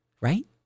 Right